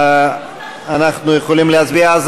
אנחנו יכולים להצביע.